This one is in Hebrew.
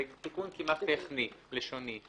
זה תיקון כמעט טכני, לשוני.